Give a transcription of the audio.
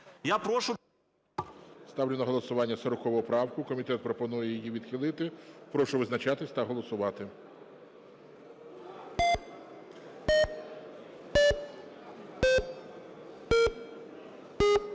ГОЛОВУЮЧИЙ. Ставлю на голосування 40 правку. Комітет пропонує її відхилити. Прошу визначатися та голосувати.